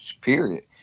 period